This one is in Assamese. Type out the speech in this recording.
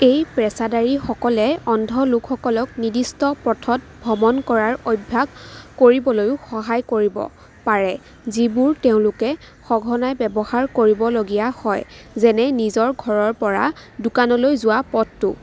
এই পেচাদাৰীসকলে অন্ধ লোকসকলক নিৰ্দিষ্ট পথত ভ্ৰমণ কৰাৰ অভ্যাস কৰিবলৈও সহায় কৰিব পাৰে যিবোৰ তেওঁলোকে সঘনাই ব্যৱহাৰ কৰিবলগীয়া হয় যেনে নিজৰ ঘৰৰপৰা দোকানলৈ যোৱা পথটো